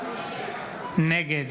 נגד